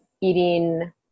eating